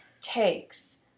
Takes